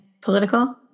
political